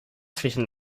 zwischen